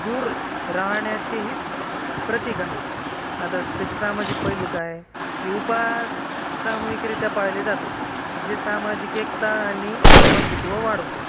दूर राहण्याचीही प्रतीक आहे आता त्याचे सामाजिक पैलू काय की उपास सामूहिकरित्या पाळले जातात जे सामाजिक एकता आणि बंधुत्व वाढवतात